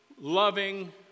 loving